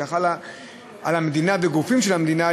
שחלה על המדינה ועל גופים של המדינה,